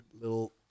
little